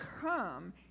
come